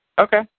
Okay